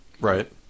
Right